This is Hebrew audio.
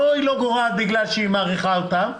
לא שהיא לא גורעת בגלל שהיא מעריכה אותה,